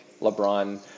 LeBron